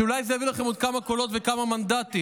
שאולי זה יביא לכם עוד כמה קולות וכמה מנדטים,